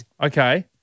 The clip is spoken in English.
okay